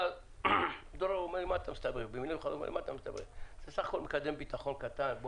דרור אומר שזה בסך הכול מקדם ביטחון קטן.